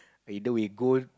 either we go